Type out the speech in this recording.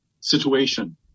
situation